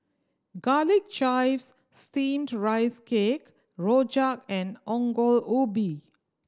Garlic Chives Steamed Rice Cake rojak and Ongol Ubi